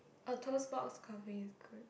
or toast box coffee is good